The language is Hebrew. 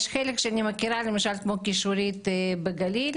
יש חלק שאני מכירה למשל, כמו כישורית בגליל,